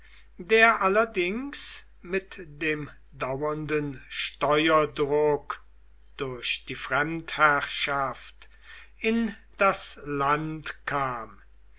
der allerdings mit dem dauernden steuerdruck durch die fremdherrschaft in das land kam